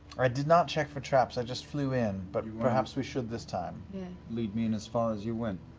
i did not check for traps, i just flew in, but perhaps we should this time. liam lead me in as far as you went.